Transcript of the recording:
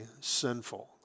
sinful